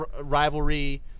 rivalry